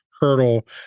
hurdle